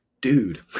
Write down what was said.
Dude